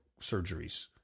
surgeries